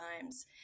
times